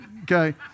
Okay